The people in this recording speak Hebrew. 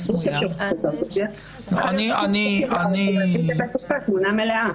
להביא לבית המשפט תמונה מלאה,